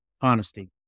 honesty